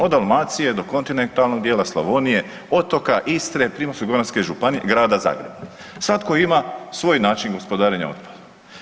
Od Dalmacije do kontinentalnog dijela, Slavonija, otoka, Istre, Primorsko-goranske županije, Grada Zagreba, svatko ima svoj način gospodarenja otpadom.